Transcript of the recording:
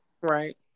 right